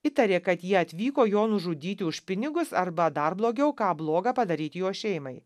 įtarė kad jie atvyko jo nužudyti už pinigus arba dar blogiau ką bloga padaryti jo šeimai